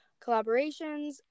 collaborations